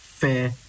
fair